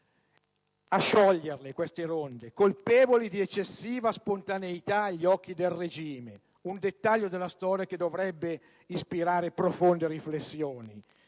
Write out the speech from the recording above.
a sciogliere queste ronde, colpevoli di eccessiva spontaneità agli occhi del regime, un dettaglio della storia che dovrebbe ispirare profonde riflessioni.